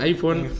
Iphone